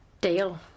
Deal